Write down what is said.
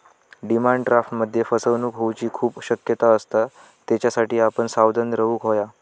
demand ड्राफ्टमध्ये फसवणूक होऊची खूप शक्यता असता, त्येच्यासाठी आपण सावध रेव्हूक हव्या